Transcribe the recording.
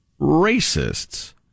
racists